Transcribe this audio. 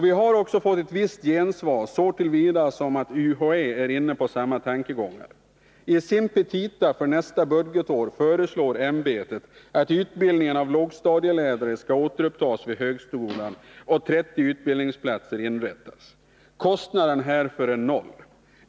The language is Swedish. Vi har också fått ett visst gensvar, så till vida som att UHÄ är inne på samma tankegångar. I sina petita för nästa budgetår föreslår ämbetet att utbildningen av lågstadielärare skall återupptas vid högskolan och 30 utbildningsplatser inrättas. Kostnaden härför är noll.